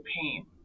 pain